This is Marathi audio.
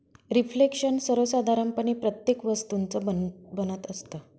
रिफ्लेक्शन सर्वसाधारणपणे प्रत्येक वस्तूचं बनत असतं